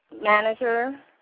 manager